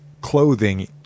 clothing